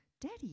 Daddy